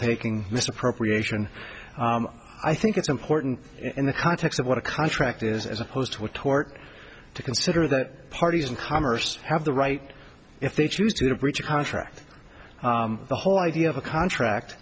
taking misappropriation i think it's important in the context of what a contract is as opposed to a tort to consider that parties in commerce have the right if they choose to a breach of contract the whole idea of a contract